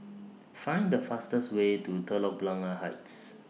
Find The fastest Way to Telok Blangah Heights